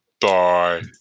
bye